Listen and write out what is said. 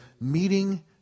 meeting